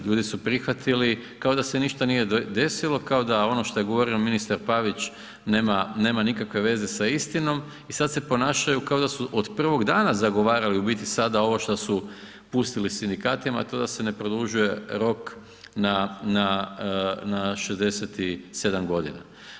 Ljudi su prihvatili kao da se ništa nije desilo, kao da ono što je govorio ministar Pavić nema nikakve veze sa istinom i sada se ponašaju kao da su od prvog dana zagovarali u biti sada ovo što su pustili sindikatima a to je da se ne produžuje rok na 67 godina.